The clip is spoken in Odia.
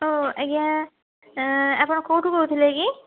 ହ୍ୟାଲୋ ଆଜ୍ଞା ଆପଣ କୋଉଠୁ କହୁଥିଲେ କି